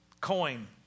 coin